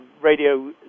radio